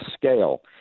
scale